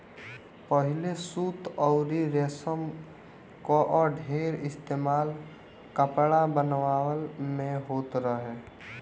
पहिले सूत अउरी रेशम कअ ढेर इस्तेमाल कपड़ा बनवला में होत रहे